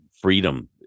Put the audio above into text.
freedom